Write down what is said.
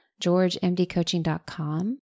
georgemdcoaching.com